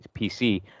PC